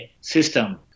system